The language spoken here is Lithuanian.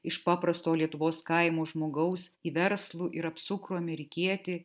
iš paprasto lietuvos kaimo žmogaus į verslų ir apsukrų amerikietį